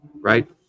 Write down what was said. right